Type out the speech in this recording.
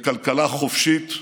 בכלכלה חופשית,